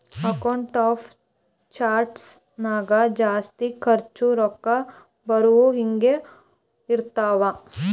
accounts of charts ನಾಗ್ ಆಸ್ತಿ, ಖರ್ಚ, ರೊಕ್ಕಾ ಬರವು, ಹಿಂಗೆ ಇರ್ತಾವ್